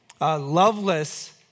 loveless